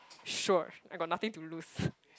sure I got nothing to lose